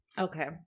Okay